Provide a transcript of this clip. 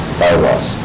bylaws